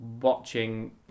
watching